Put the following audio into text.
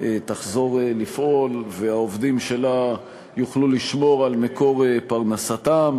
תמשיך לפעול והעובדים שלה יוכלו לשמור על מקור פרנסתם.